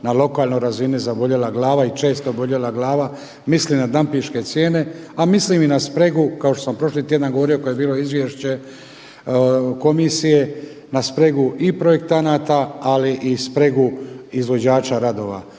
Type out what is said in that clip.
na lokalnoj razini zaboljela glava i često boljela glava, mislim na dampinške cijene, a mislim i na spregu kao što sam prošli tjedan govorio kada je bilo izvješće komisije na spregu i projektanata ali i spregu izvođača radova.